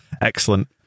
excellent